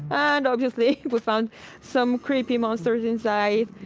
and obviously, we found some creepy monsters inside.